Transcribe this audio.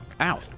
ow